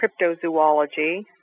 cryptozoology